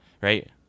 right